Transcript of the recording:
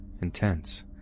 Intense